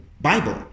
Bible